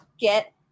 get